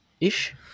ish